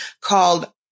called